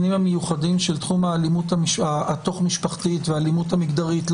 המעמד האישי והתחום הפלילי אבל